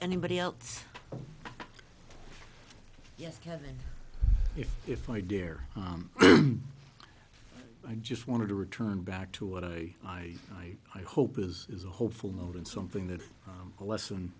anybody else yes kevin if if i dare i just want to return back to what i i i i hope is is a hopeful note and something that a lesson